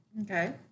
Okay